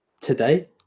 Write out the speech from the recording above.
today